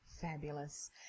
fabulous